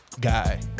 guy